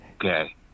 Okay